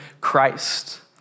Christ